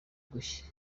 gushya